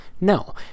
No